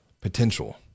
potential